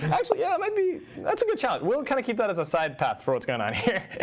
actually yeah i mean that's a good challenge. we'll kind of keep that as a side path for what's going on here.